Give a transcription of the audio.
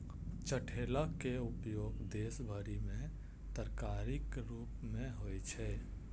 चठैलक उपयोग देश भरि मे तरकारीक रूप मे होइ छै